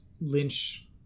Lynch